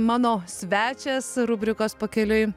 mano svečias rubrikos pakeliui